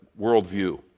worldview